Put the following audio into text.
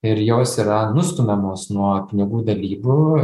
ir jos yra nustumiamos nuo pinigų dalybų